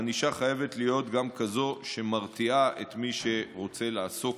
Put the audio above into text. הענישה חייבת להיות גם כזאת שמרתיעה את מי שרוצה לעסוק